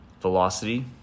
velocity